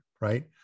Right